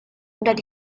that